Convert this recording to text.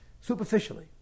superficially